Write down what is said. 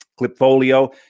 Clipfolio